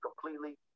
completely